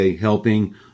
helping